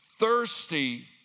thirsty